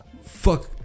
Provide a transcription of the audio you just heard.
Fuck